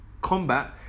combat